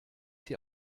sie